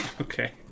Okay